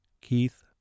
Keith